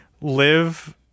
live